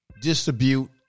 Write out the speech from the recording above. distribute